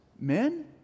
men